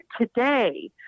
today